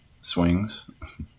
Swings